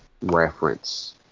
reference